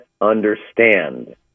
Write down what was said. understand